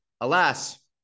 alas